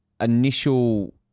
initial